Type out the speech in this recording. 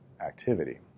activity